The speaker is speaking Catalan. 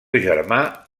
germà